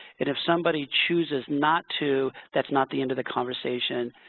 and, if somebody chooses not to, that's not the end of the conversation.